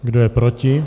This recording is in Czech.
Kdo je proti?